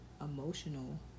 emotional